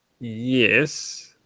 yes